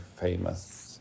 famous